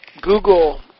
google